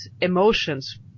emotions